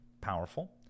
powerful